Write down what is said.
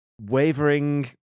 wavering